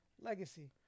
legacy